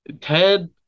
Ted